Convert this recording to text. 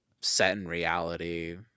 set-in-reality